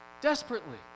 Desperately